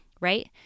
right